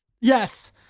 Yes